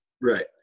right